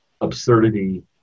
absurdity